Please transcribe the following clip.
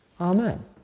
amen